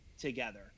together